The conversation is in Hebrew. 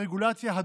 רגולציה,